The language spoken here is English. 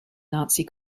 nazi